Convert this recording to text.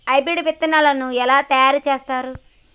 Hybrid విత్తనాలను ఎలా తయారు చేస్తారు?